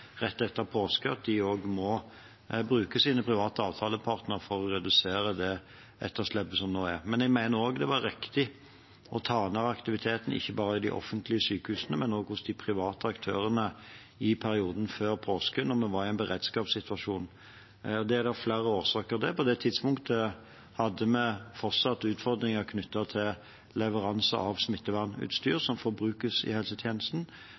rett etter påske at de også må bruke sine private avtalepartnere for å redusere det etterslepet som nå er. Jeg mener det var riktig å ta ned aktiviteten ikke bare i de offentlige sykehusene, men også hos de private aktørene i perioden før påske, da vi var i en beredskapssituasjon. Det er det flere årsaker til. På det tidspunktet hadde vi fortsatt utfordringer knyttet til leveranse av smittevernutstyr som forbrukes i helsetjenesten.